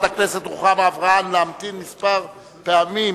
הכנסת רוחמה אברהם להמתין לה כמה פעמים,